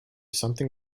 something